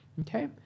okay